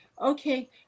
Okay